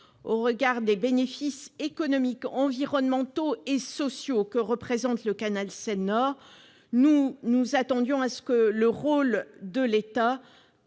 Au regard des bénéfices économiques, environnementaux et sociaux que représente le canal Seine-Nord, nous nous attendions à ce que l'État